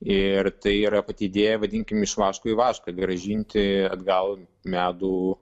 ir tai yra pati idėja vadinkim iš vaško į vašką grąžinti atgal medų